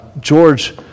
George